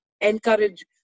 encourage